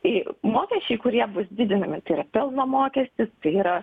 mokesčiai kurie bus didinami tai yra pelno mokestis tai yra